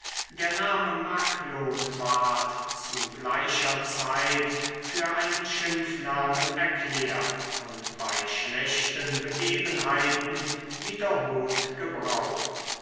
der name macklot ward zu gleicher zeit für einen schimpfnamen erklärt und bei schlechten begebenheiten wiederholt gebraucht